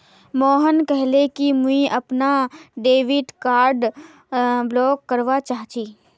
मोहन कहले कि मुई अपनार डेबिट कार्ड ब्लॉक करवा चाह छि